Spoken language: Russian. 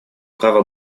право